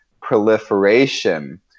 proliferation